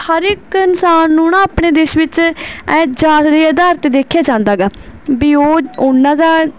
ਹਰ ਇੱਕ ਇਨਸਾਨ ਨੂੰ ਨਾ ਆਪਣੇ ਦੇਸ਼ ਵਿੱਚ ਜਾਤ ਦੇ ਅਧਾਰ 'ਤੇ ਦੇਖਿਆ ਜਾਂਦਾ ਹੈਗਾ ਵੀ ਉਹ ਉਹਨਾਂ ਦਾ